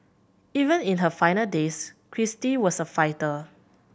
even in her final days Kristie was a fighter